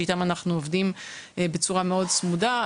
שאיתם אנחנו עובדים בצורה מאוד צמודה,